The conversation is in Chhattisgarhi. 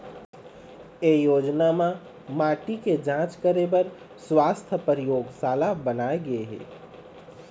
ए योजना म माटी के जांच करे बर सुवास्थ परयोगसाला बनाए गे हे